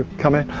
come in.